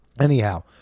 Anyhow